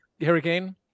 hurricane